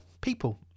people